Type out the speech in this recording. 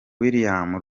william